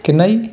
ਕਿੰਨਾਂ ਜੀ